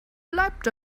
bleibt